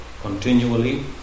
continually